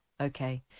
okay